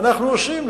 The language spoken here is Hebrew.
ואנחנו עושים,